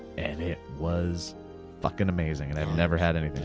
and it was fucking amazing, and i've never had any since.